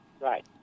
Right